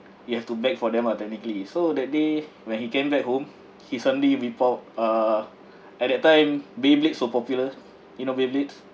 you have to beg for them ah technically so that day when he came back home he suddenly without uh at that time beyblades were popular you know beyblades